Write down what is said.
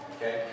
Okay